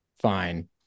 fine